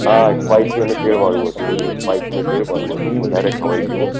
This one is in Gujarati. હા સ્પાઇસી અને તેલવાળું હતું બધું સ્પાઇસી અને તેલવાળું હતું વધારે ખવાઇ ગયું